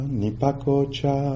nipakocha